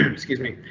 excuse me,